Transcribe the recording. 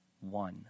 One